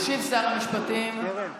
ישיב שר המשפטים, קרן,